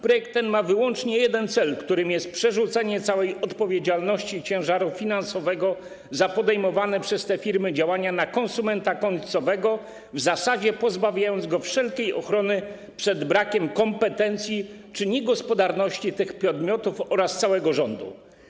Projekt ten ma wyłącznie jeden cel, którym jest przerzucenie całej odpowiedzialności i ciężaru finansowego za podejmowane przez te firmy działania na konsumenta końcowego i w zasadzie pozbawienie go wszelkiej ochrony przed brakiem kompetencji czy niegospodarności tych podmiotów oraz całego rządu.